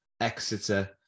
Exeter